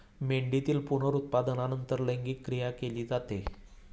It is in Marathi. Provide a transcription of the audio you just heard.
मेंढीतील पुनरुत्पादनानंतर लैंगिक क्रिया केली जाते